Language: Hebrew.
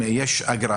כעורך דין יש אגרה